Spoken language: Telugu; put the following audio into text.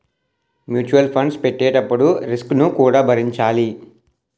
మ్యూటల్ ఫండ్స్ పెట్టేటప్పుడు రిస్క్ ను కూడా భరించాలి